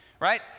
right